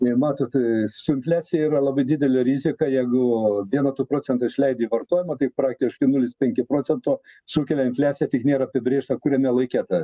ir matot su infliacija yra labai didelė rizika jeigu vieną tų procentų išleidi į vartojimą tai praktiškai nulis penki procento sukelia infliaciją tik nėra apibrėžta kuriame laike ta